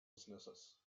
businesses